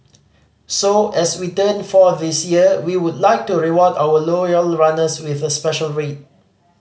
so as we turn four this year we would like to reward our loyal runners with a special rate